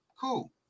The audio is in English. Cool